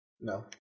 No